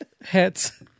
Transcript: Hats